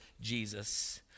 Jesus